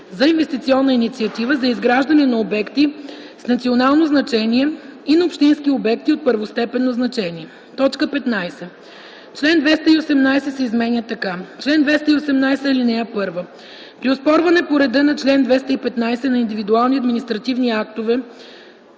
за инвестиционна инициатива за изграждане на обекти с национално значение и на общински обекти от първостепенно значение.” 15. Член 218 се изменя така: „Чл. 218. (1) При оспорване по реда на чл. 215 на индивидуални административни актове